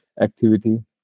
activity